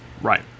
Right